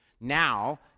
Now